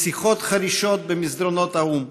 משיחות חרישיות במסדרונות האו"ם.